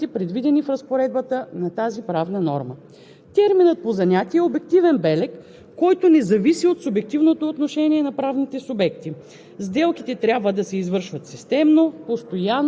конкретизирахме, че общественият превоз на пътници без изискуемите за това документи следва да е извършван по занятие, за да са приложими санкциите, предвидени в разпоредбата на тази правна норма.